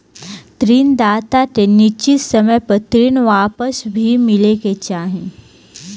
ऋण दाता के निश्चित समय पर ऋण वापस भी मिले के चाही